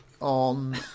on